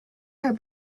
her